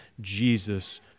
Jesus